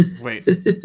Wait